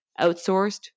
outsourced